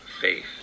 faith